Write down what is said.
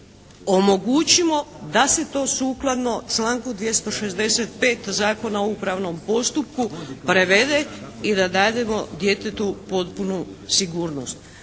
omogućimo da se to sukladno članku 265. Zakona o upravnom postupku prevede i da dademo djetetu potpunu sigurnost.